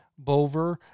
Bover